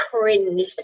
cringed